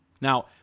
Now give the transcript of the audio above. Now